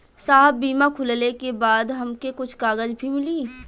साहब बीमा खुलले के बाद हमके कुछ कागज भी मिली?